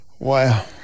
Wow